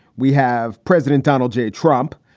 we have president donald j. trump.